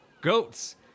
Goats